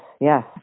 Yes